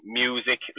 music